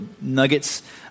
nuggets